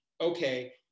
okay